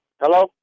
Hello